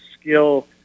skill